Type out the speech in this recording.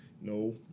no